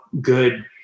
good